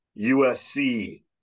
USC